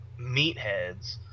meatheads